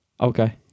Okay